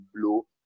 blow